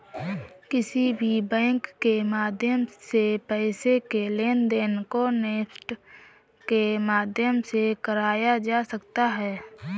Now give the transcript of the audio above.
किसी भी बैंक के माध्यम से पैसे के लेनदेन को नेफ्ट के माध्यम से कराया जा सकता है